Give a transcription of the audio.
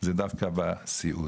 זה דווקא בסיעוד.